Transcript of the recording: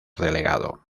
delegado